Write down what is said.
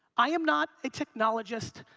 i am not a technologist.